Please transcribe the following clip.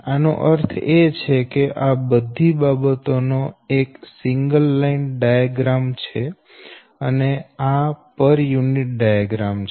આનો અર્થ એ છે કે આ બધી બાબતો નો એક સિંગલ લાઈન ડાયાગ્રામ છે અને આ પર યુનિટ ડાયાગ્રામ છે